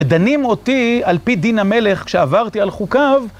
דנים אותי על פי דין המלך כשעברתי על חוקיו.